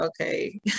okay